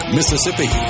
Mississippi